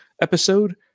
episode